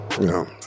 No